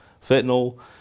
fentanyl